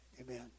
Amen